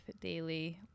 daily